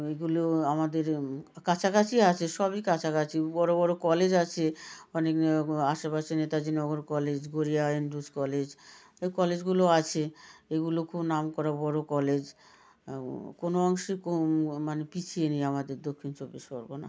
এগুলো আমাদের কাছাকাছি আছে সবই কাছাকাছি বড় বড় কলেজ আছে অনেক আশেপাশে Netaji Nagar college Garia Andrews college এই কলেজগুলো আছে এগুলো খুব নামকরা বড় কলেজ কোনও অংশে মানে পিছিয়ে নেই আমাদের দক্ষিণ চব্বিশ পরগনা